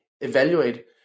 evaluate